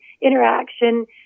interaction